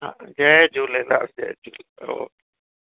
हा जय झूलेलाल जयझूलेलाल ओके